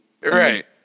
Right